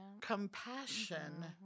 compassion